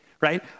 right